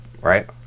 right